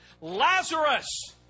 Lazarus